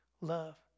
Love